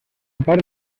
part